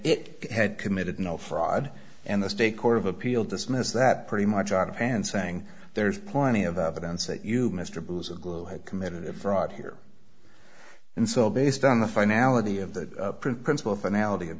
it had committed no fraud and the state court of appeal dismissed that pretty much out of hand saying there's plenty of evidence that you mr bowser glue had committed a fraud here and so based on the finality of that print principle if anality of